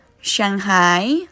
shanghai